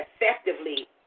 effectively